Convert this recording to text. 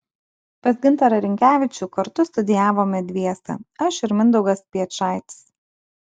pas gintarą rinkevičių kartu studijavome dviese aš ir mindaugas piečaitis